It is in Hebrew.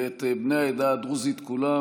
ואת בני העדה הדרוזית כולם.